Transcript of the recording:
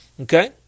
Okay